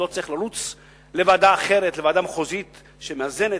לא צריך לרוץ לוועדה אחרת, לוועדה מחוזית שמאזנת.